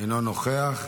אינו נוכח.